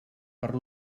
per